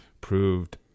proved